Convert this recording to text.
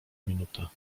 minuta